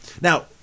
Now